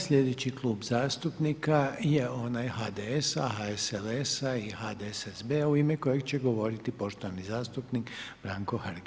Sljedeći Klub zastupnika je onaj HDS-a, HSLS-a i HDSSB-a u ime kojeg će govoriti poštovani zastupnik Branko Hrg.